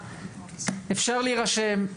אפשר להירשם,